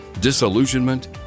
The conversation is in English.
disillusionment